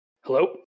Hello